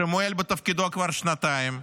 שמועל בתפקידו כבר שנתיים,